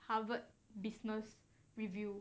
Harvard business review